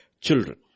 children